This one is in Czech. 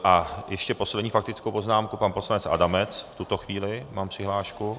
A ještě poslední faktickou poznámku pan poslanec Adamec v tuto chvíli mám přihlášku.